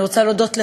אני רוצה להודות לך,